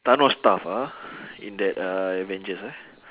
thanos tough ah in that uh avengers ah